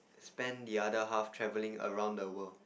spend the other half travelling around the world